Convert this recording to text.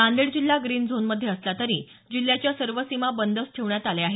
नांदेड जिल्हा ग्रीन झोनमध्ये असला तरी जिल्ह्याच्या सर्व सिमा बंदच ठेवण्यात आल्या आहेत